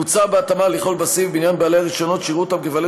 מוצע בהתאמה לכלול בסעיף בעניין בעלי הרישיונות שיראו אותם כבעלי